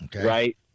right